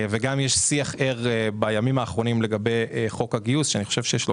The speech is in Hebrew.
ויש שיח ער לגבי חוק הגיוס שאני חושב יש לו